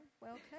welcome